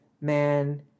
man